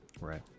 Right